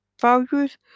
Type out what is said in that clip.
values